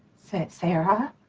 sa sarah?